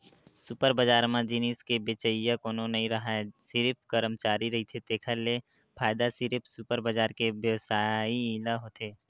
super बजार म जिनिस के बेचइया कोनो नइ राहय सिरिफ करमचारी रहिथे तेखर ले फायदा सिरिफ सुपर बजार के बेवसायी ल होथे